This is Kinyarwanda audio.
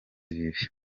z’ibibi